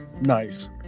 Nice